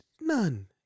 none